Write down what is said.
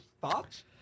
Thoughts